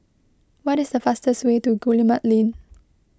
what is the fastest way to Guillemard Lane